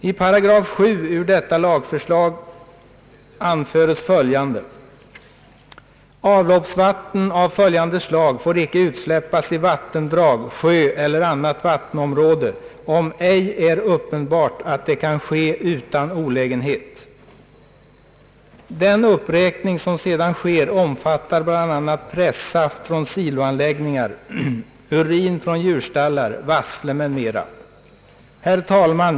I 7 § i detta lagförslag anföres följande: »Avloppsvatten av följande slag får icke utsläppas i vattendrag, sjö eller annat vattenområde, om ej är uppenbart att det kan ske utan olägenhet.» Den uppräkning som sedan följer omfattar bl.a. pressaft från siloanläggningar, urin från djurstallar samt vassle. Herr talman!